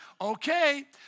Okay